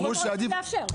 אם רוצים לאפשר.